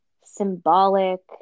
symbolic